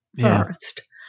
first